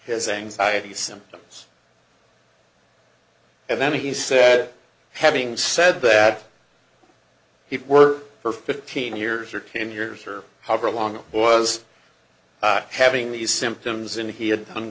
his anxiety symptoms and then he said having said that he worked for fifteen years or ten years or however long it was having these symptoms and he had done